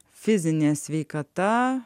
fizinė sveikata